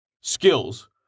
Skills